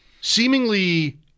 seemingly